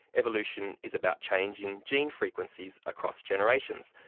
evolution is about changing gene frequencies across generations.